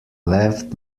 left